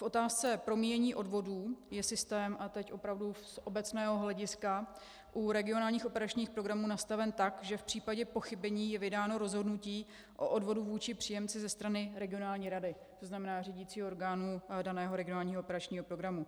V otázce promíjení odvodů je systém, a teď opravdu z obecného hlediska, regionálních operačních programů nastaven tak, že v případě pochybení je vydáno rozhodnutí o odvodu vůči příjemci ze strany regionální rady, to znamená řídicího orgánu daného regionálního operačního programu.